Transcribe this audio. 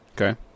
Okay